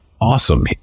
Awesome